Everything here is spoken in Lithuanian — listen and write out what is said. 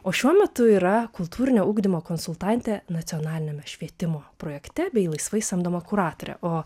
o šiuo metu yra kultūrinio ugdymo konsultantė nacionaliniame švietimo projekte bei laisvai samdoma kuratorė o